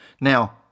Now